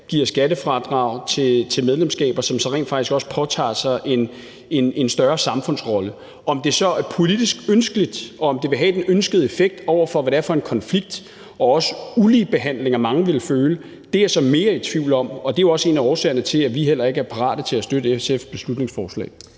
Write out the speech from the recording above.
giver skattefradrag til medlemskaber, hvor man rent faktisk også påtager sig en større samfundsrolle. Om det så er politisk ønskeligt, og om det vil have den ønskede effekt, i forhold til hvad det er for en konflikt, også i forhold til den uligebehandling, som mange ville føle, er jeg så mere i tvivl om. Det er jo også en af årsagerne til, at vi heller ikke er parate til at støtte SF's beslutningsforslag.